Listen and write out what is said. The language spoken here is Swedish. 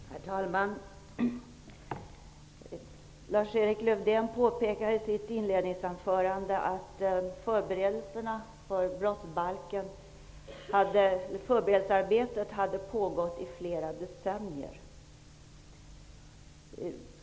Herr talman! Lars-Erik Lövdén påpekade i sitt inledningsanförande att förberedelsearbetet för brottsbalken hade pågått i flera decennier.